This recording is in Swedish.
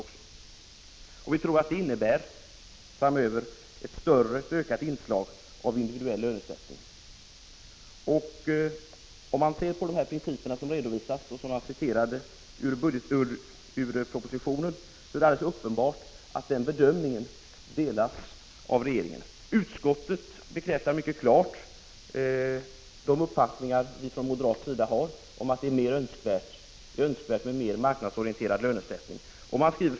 Vi tror att det framöver innebär ett ökat inslag av individuell lönesättning. Om man ser på de principer som redovisas i propositionen och som jag citerade, finner man att det är alldeles uppenbart = Prot. 1985/86:48 att den bedömningen delas av regeringen. Utskottet bekräftar mycket klart 10 december 1985 de uppfattningar vi från moderat sida har om att det är önskvärt med mer == marknadsorienterad lönesättning.